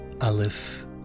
Aleph